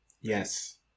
yes